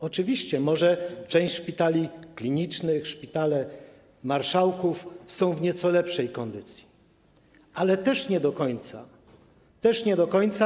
Oczywiście może część szpitali klinicznych, szpitale marszałków są w nieco lepszej kondycji, ale też nie do końca.